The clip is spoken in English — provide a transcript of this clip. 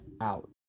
out